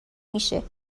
میشه